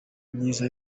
myiza